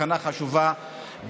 הבחנה חשובה,